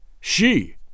She